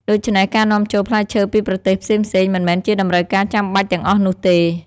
ដូច្នេះ ការនាំចូលផ្លែឈើពីប្រទេសផ្សេងៗមិនមែនជាតម្រូវការចាំបាច់ទាំងអស់នោះទេ។